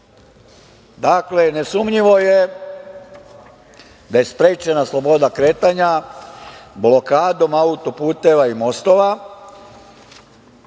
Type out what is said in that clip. Dakle, nesumnjivo je da je sprečena sloboda kretanja blokadom autoputeva i mostova,